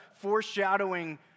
foreshadowing